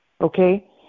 okay